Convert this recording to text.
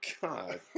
God